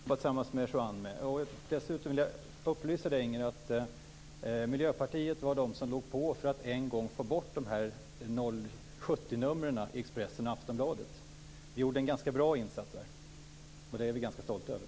Fru talman! Jag skall gärna jobba tillsammans med Juan Fonseca för det. Jag vill dessutom upplysa Inger Segelström om att det var Miljöpartiet som låg på för att en gång få bort 070-numren i Expressen och Aftonbladet. Vi gjorde en bra insats där, och det är vi ganska stolta över.